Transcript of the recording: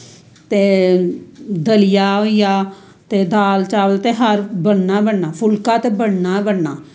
ते दलियां होइया ते दाल चावल दे हर बनना गै बनना फुल्का ते बनना गै बनना